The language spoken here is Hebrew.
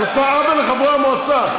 את עושה עוול לחברי המועצה,